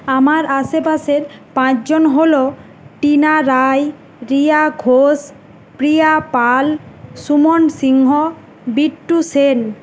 আমার আশেপাশের পাঁচজন হল টিনা রায় রিয়া ঘোষ প্রিয়া পাল সুমন সিংহ বিট্টু সেন